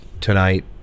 tonight